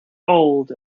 old